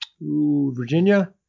Virginia